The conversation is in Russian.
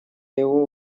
его